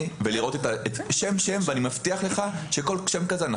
ולראות שם-שם ואני מבטיח לך שכל שם כזה,